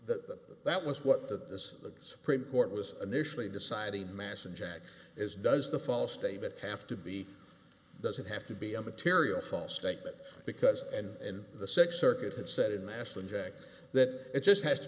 that that was what the supreme court was initially deciding masson jack is does the false statement have to be doesn't have to be a material false statement because and the six circuit has said in mass inject that it just has to